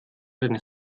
eine